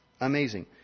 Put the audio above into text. Amazing